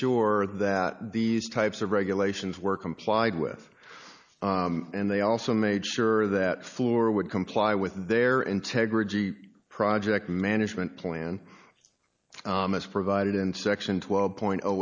sure that these types of regulations were complied with and they also made sure that floor would comply with their integrity project management plan as provided in section twelve point